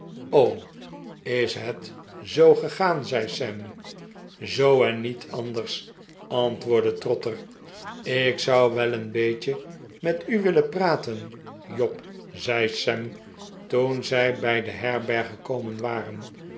is net zoo gegaan zei sam zoo en niet anders antwoordde trotter ik zou wel een beetje met u willen praten job zei sam toen zij bij de herberg gekomen waren